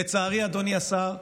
לצערי, אדוני השר,